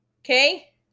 Okay